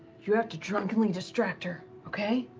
you have to drunkenly distract her. okay?